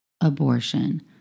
abortion